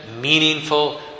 meaningful